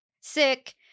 sick